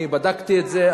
אני בדקתי את זה,